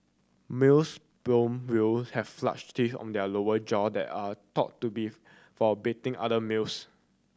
male sperm whale have flash teeth on their lower jaw that are thought to be for battling other males